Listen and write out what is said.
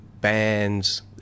bands